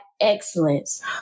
excellence